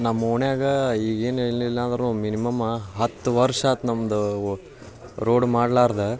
ನಮ್ಮ ಓಣ್ಯಗೆ ಈಗ ಏನು ಏನಿಲ್ಲಾಂದ್ರೂ ಮಿನಿಮಮ್ಮ ಹತ್ತು ವರ್ಷಾತು ನಮ್ಮದು ರೋಡ್ ಮಾಡ್ಲಾರ್ದೆ